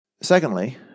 Secondly